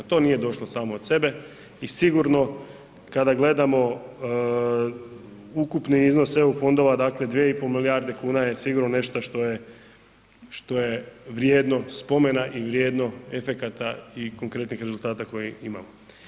To nije došlo samo od sebe i sigurno kada gledamo ukupni iznos EU fondova, dakle 2,5 milijarde kuna je sigurno nešto što je vrijedno spomena i vrijedno efekata i konkretnih rezultata koje imamo.